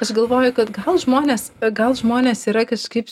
aš galvoju kad gal žmonės gal žmonės yra kažkaip